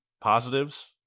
positives